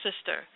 sister